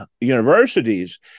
universities